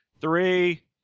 three